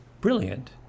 brilliant